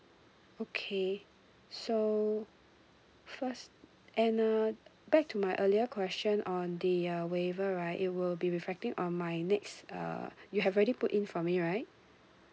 okay so first and uh back to my earlier question on the uh waiver right it will be reflecting on my next uh you have already put in for me right